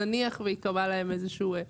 נניח וייקבע להם משהו,